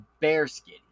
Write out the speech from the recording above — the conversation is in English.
bearskin